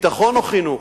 ביטחון או חינוך?